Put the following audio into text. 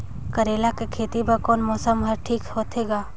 करेला कर खेती बर कोन मौसम हर ठीक होथे ग?